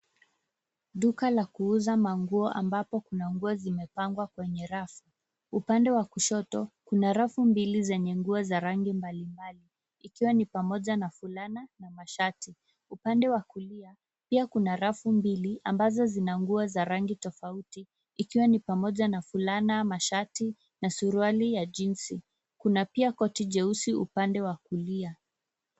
Duka la kuuza manguo ambapo kuna nguo zimepangwa kwenye rafu. Upande wa kushoto kuna rafu mbili zenye nguo za rangi mbalimbali, ikiwa ni pamoja na fulana na mashati. Upande wa kulia pia kuna rafu mbili ambazo zina nguo za rangi tofauti, ikiwa ni pamoja na fulana, mashati na suruali ya jeans . Kuna pia koti jeusi upande wa kulia.